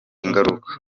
ingaruka